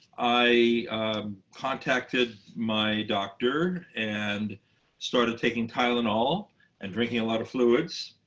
i contacted my doctor and started taking tylenol and drinking a lot of fluids.